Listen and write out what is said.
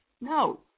No